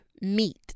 meat